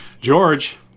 George